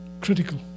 Critical